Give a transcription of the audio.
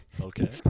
Okay